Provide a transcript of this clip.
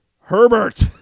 Herbert